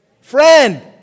friend